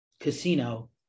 Casino